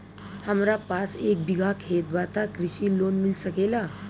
हमरा पास एक बिगहा खेत बा त कृषि लोन मिल सकेला?